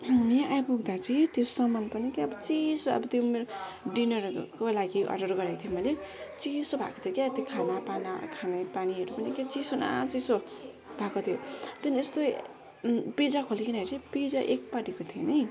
यहाँ आइपुग्दा चाहिँ त्यो सामान पनि क्या त चिसो अब त्यो डिनरहरूको लागि अर्डर गरेको थियो अब चिसो भएको थियो क्या खाना पाना खाना पानीहरू पनि चिसो न चिसो भएको थियो त्यहाँदेखि यस्तो पिज्जा खोलिकिन हेर्छु पिज्जा एकपट्टिको थिएन है